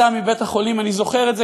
יצאה מבית-החולים,